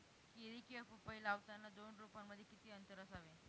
केळी किंवा पपई लावताना दोन रोपांमध्ये किती अंतर असावे?